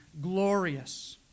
glorious